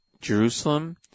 Jerusalem